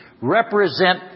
represent